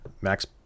Max